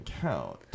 count